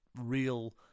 real